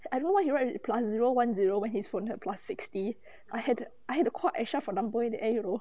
I don't know what he write plus zero one zero when his phone had plus sixty I had I had quote extra for number in the end you know